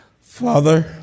Father